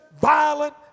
violent